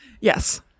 yes